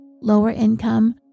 lower-income